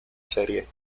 serie